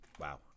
Wow